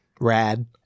Rad